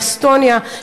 מאסטוניה,